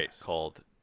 called